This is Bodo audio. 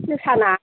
जोसा ना